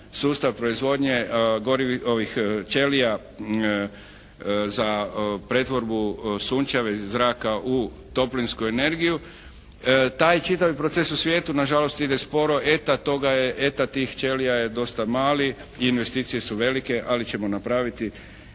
sustav proizvodnje ćelija za pretvorbu sunčevih zraka u toplinsku energiju. Taj čitavi proces u svijetu nažalost ide sporo. Eta toga je, eta tih ćelija je dosta mali i investicije su velike, ali ćemo napraviti